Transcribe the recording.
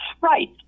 Right